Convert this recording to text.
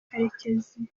karekezi